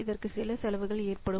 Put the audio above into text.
இதற்கு சில செலவுகள் ஏற்படும்